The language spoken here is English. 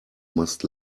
must